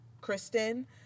Kristen